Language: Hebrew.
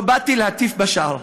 לא באתי להטיף בשער,